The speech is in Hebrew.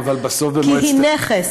כי היא נכס.